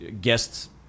guests